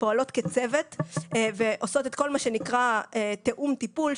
פועלות כצוות ועושות את כל מה שנקרא תיאום טיפול,